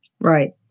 Right